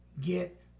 get